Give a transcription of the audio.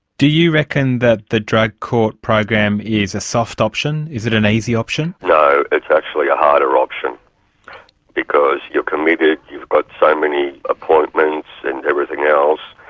do you reckon that the drug court program is a soft option? is it an easy option? no, it's actually a harder option because you're committed, you've got so many appointments and everything else,